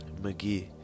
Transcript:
mcgee